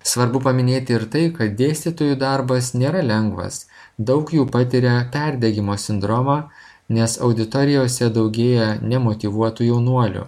svarbu paminėti ir tai kad dėstytojų darbas nėra lengvas daug jų patiria perdegimo sindromą nes auditorijose daugėja nemotyvuotų jaunuolių